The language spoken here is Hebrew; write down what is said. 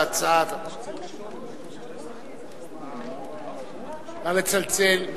נא לצלצל.